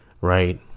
right